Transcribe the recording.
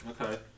Okay